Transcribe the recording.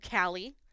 Callie